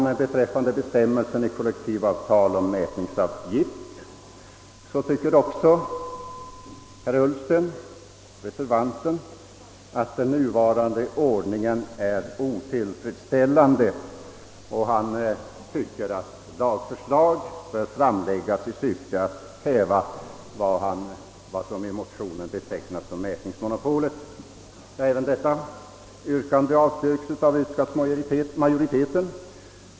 Även beträffande bestämmelser i kollektivavtal om mätningsavgift tycker reservanten, herr Ullsten, att den nuvarande ordningen är otillfredsställande. Han anser att lagförslag bör framläggas i syfte att häva vad som i motionen betecknas såsom mätningsmonopolet. skottsmajoriteten.